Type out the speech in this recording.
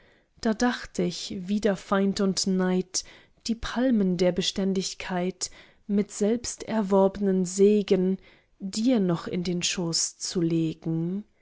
da dacht ich wider feind und neid die palmen der beständigkeit mit selbst erworbnem segen dir noch in schoß zu legen